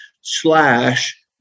slash